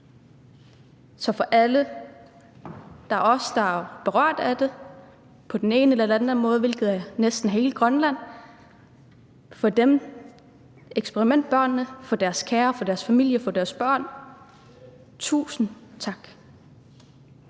Så fra alle os, der er berørte af det på den ene eller anden måde, hvilket er næsten hele Grønland, fra eksperimentbørnene, deres kære og deres familier og deres børn: Tusind tak.